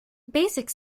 basic